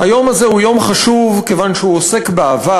היום הזה הוא יום חשוב, כיוון שהוא עוסק בעבר,